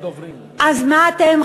אז מה אתם?